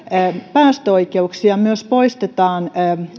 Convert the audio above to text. päästöoikeuksia myös poistetaan